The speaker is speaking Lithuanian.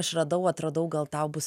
aš radau atradau gal tau bus